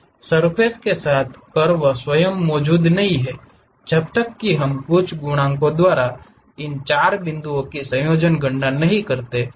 surface के साथ curve स्वयं मौजूद नहीं है जब तक कि हम कुछ गुणांकों द्वारा भारित इन 4 बिंदुओं के संयोजन की गणना नहीं करते हैं